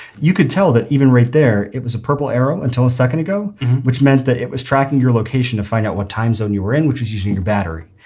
you could tell that even right there it was a purple arrow until a second ago which meant that it was tracking your location to find out what time zone you were in which was using your battery.